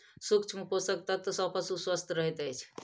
सूक्ष्म पोषक तत्व सॅ पशु स्वस्थ रहैत अछि